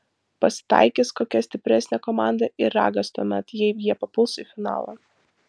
pasitaikys kokia stipresnė komanda ir ragas tuomet jei jie papuls į finalą